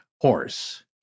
horse